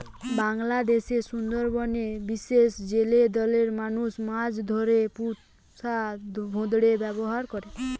বাংলাদেশের সুন্দরবনের বিশেষ জেলে দলের মানুষ মাছ ধরতে পুষা ভোঁদড়ের ব্যাভার করে